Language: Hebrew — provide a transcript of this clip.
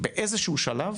באיזשהו שלב